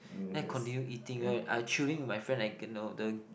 then I continue eating right I chilling with my friend at the